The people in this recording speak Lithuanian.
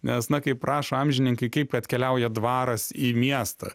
nes na kaip rašo amžininkai kaip atkeliauja dvaras į miestą